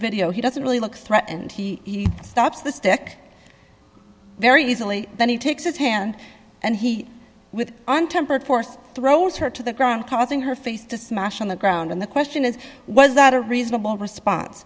video he doesn't really look threatened he stops the stick very easily then he takes his hand and he with untempered force throws her to the ground causing her face to smash on the ground and the question is was that a reasonable response